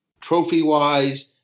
trophy-wise